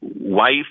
wife